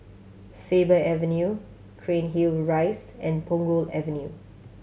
Faber Avenue Cairnhill Rise and Punggol Avenue